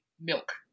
milk